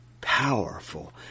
powerful